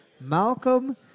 Malcolm